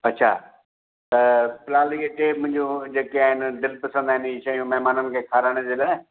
अछा त फ़िलहाल इहे टे मुंहिंजियूं जेके आहिनि दिलि पसंदि आहिनि हीउ शयूं महिमाननि खे खारइण जे लाइ